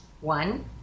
One